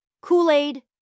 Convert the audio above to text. Kool-Aid